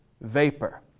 vapor